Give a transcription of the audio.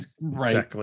Right